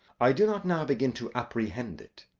i do not now begin to apprehend it.